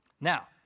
Now